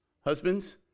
Husbands